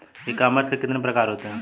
ई commerce के कितने प्रकार होते हैं?